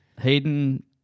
Hayden